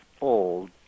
old